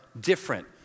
different